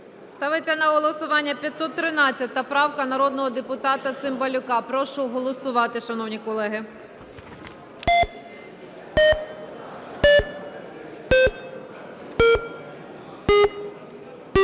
Ставиться на голосування 513 правка народного депутата Цимбалюка. Прошу голосувати, шановні колеги.